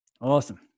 awesome